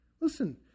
Listen